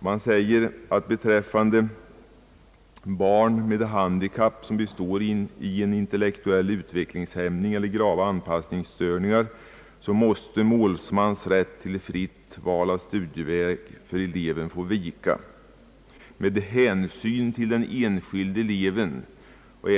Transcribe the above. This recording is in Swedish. Beredningen säger att beträffande barn med handikapp som består i en intellektuell utvecklingshämning eller i grava anpassningsstörningar måste målsmans rätt till fritt val av studieväg för eleven få vika med hänsyn till den enskilde eleven och